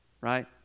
right